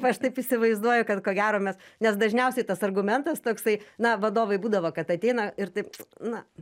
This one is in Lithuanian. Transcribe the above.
aš taip įsivaizduoju kad ko gero mes nes dažniausiai tas argumentas toksai na vadovai būdavo kad ateina ir taip na